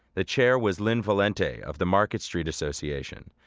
the chair was lynn valente of the market street association.